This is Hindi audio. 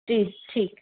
जी ठीक